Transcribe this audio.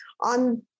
on